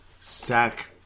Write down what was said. sack